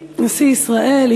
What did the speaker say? נשיא ישראל,